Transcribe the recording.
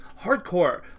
hardcore